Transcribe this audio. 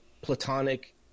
platonic